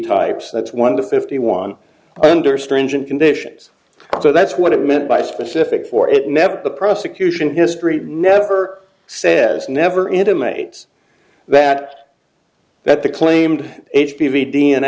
types that's one of the fifty one under strange and conditions so that's what it meant by specific for it never the prosecution history never says never intimate that that the claimed h p v d n